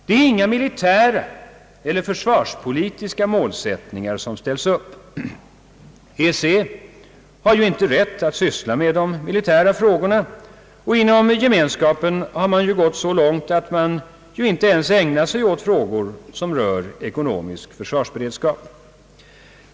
Det är inga militära eller försvarspolitiska målsättningar som ställts upp. EEC har ju inte rätt att syssla med de militära frågorna, och inom Gemenskapen har det gått så långt att man inte ägnar sig åt frågor som rör ekonomisk försvarsberedskap.